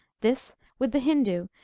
this, with the hindoo,